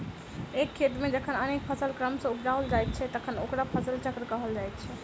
एक खेत मे जखन अनेक फसिल क्रम सॅ उपजाओल जाइत छै तखन ओकरा फसिल चक्र कहल जाइत छै